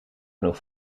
genoeg